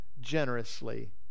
generously